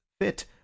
fit